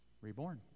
reborn